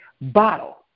bottle